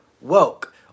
woke